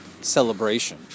celebration